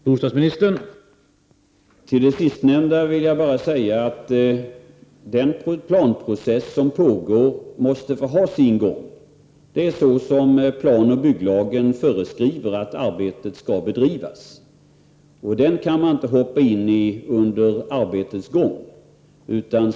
Herr talman! Till det sistnämnda vill jag bara säga att den planprocess som pågår måste få ha sin gång. Det är på det sättet planoch bygglagen föreskriver att arbetet skall bedrivas, och man kan alltså inte hoppa in i processen under arbetets gång.